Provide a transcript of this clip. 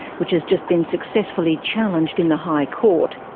which has just been successfully challenged in the high court.